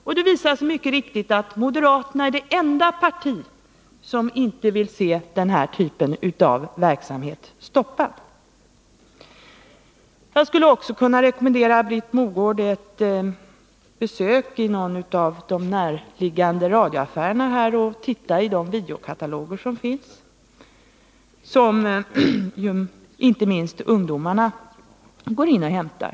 Och mycket riktigt visar det sig att moderaterna är det enda parti i kommunen som inte vill se den här typen av verksamhet stoppad. Jag skulle också kunna rekommendera Britt Mogård ett besök i någon av de radioaffärer som ligger i närheten av riksdagshuset. Där kan hon titta i de videokataloger som finns och som framför allt ungdomarna går in och hämtar.